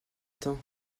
temps